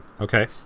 Okay